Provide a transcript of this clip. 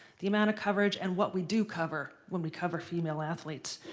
the amount of coverage and what we do cover when we cover female athletes.